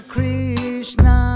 Krishna